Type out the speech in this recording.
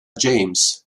james